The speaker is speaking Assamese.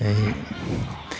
এই